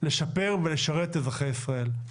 לשפר ולשרת את אזרחי ישראל.